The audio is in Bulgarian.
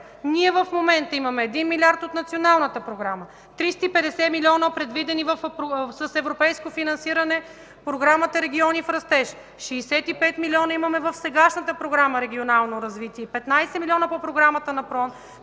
Ние в момента имаме 1 милиард от Националната програма; 350 милиона, предвидени с европейско финансиране по Програмата „Региони в растеж”; 65 милиона имаме в сегашната Програма „Регионално развитие” и 15 милиона по Програмата на ПРООН.